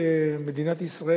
כמדינת ישראל,